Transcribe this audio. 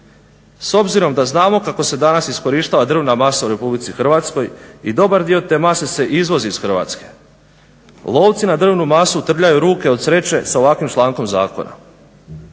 S obzirom da znamo kako se danas iskorištava drvna masa u RH i dobar dio te mase se izvozi iz Hrvatske, lovci na drvnu masu trljaju ruke od sreće sa ovakvim člankom zakona.